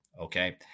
Okay